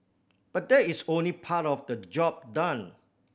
but that is only part of the job done